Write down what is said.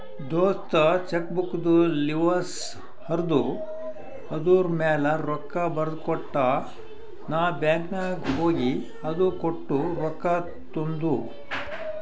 ದೋಸ್ತ ಚೆಕ್ಬುಕ್ದು ಲಿವಸ್ ಹರ್ದು ಅದೂರ್ಮ್ಯಾಲ ರೊಕ್ಕಾ ಬರ್ದಕೊಟ್ಟ ನಾ ಬ್ಯಾಂಕ್ ನಾಗ್ ಹೋಗಿ ಅದು ಕೊಟ್ಟು ರೊಕ್ಕಾ ತೊಂಡು